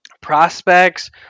prospects